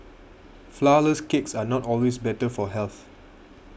Flourless Cakes are not always better for health